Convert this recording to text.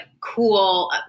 cool